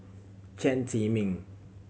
Chen Zhiming